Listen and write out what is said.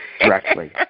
directly